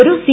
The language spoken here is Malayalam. ഒരു സി